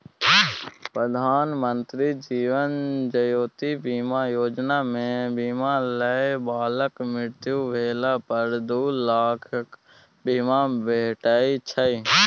प्रधानमंत्री जीबन ज्योति बीमा योजना मे बीमा लय बलाक मृत्यु भेला पर दु लाखक बीमा भेटै छै